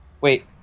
wait